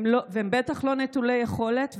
והם בטח לא נטולי יכולת.